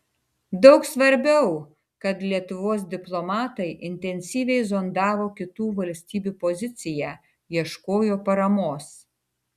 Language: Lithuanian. daug svarbiau kad lietuvos diplomatai intensyviai zondavo kitų valstybių poziciją ieškojo paramos